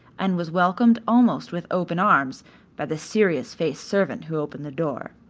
and was welcomed almost with open arms by the serious-faced servant who opened the door.